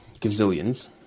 gazillions